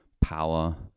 power